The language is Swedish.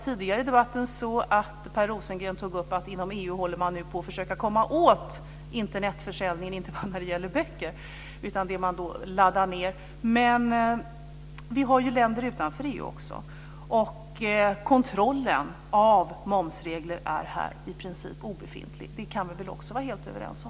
Tidigare i debatten tog Per Rosengren upp att man inom EU håller på att försöka komma åt Internetförsäljning inte bara när det gäller böcker utan även sådant som går att ladda ned. Men det finns länder utanför EU också. Kontrollen av momsregler är här i princip obefintlig. Det kan vi väl också vara helt överens om.